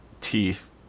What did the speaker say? teeth